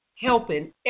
helping